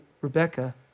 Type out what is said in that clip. Rebecca